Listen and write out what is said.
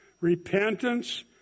Repentance